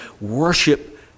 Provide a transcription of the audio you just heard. worship